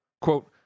Quote